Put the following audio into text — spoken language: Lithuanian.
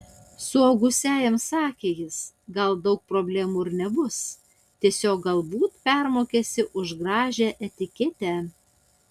suaugusiajam sakė jis gal daug problemų ir nebus tiesiog galbūt permokėsi už gražią etiketę